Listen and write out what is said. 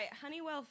Honeywell